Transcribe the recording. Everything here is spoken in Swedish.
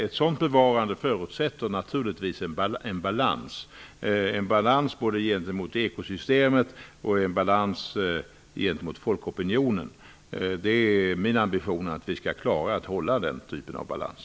Ett sådant bevarande förutsätter naturligtvis både en balans gentemot ekosystemet och en balans gentemot folkopinionen. Det är min ambition att vi skall klara att hålla den typen av balans.